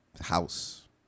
house